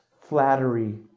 flattery